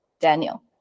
Daniel